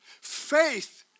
Faith